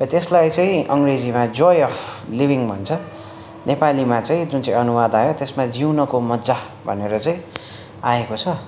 र त्यसलाई चाहिँ अङ्ग्रेजीमा जोय अफ लिभिङ भन्छ नेपालीमा चाहिँ जुन चाहिँ अनुवाद आयो त्यसमा जिउनको मजा भनेर चाहिँ आएको छ